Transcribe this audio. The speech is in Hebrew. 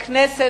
הכנסת,